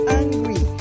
angry